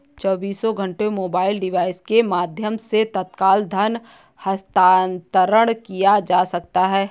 चौबीसों घंटे mobile device के माध्यम से तत्काल धन हस्तांतरण किया जा सकता है